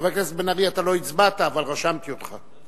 חבר הכנסת בן-ארי, אתה לא הצבעת, אבל רשמתי אותך.